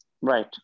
Right